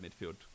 midfield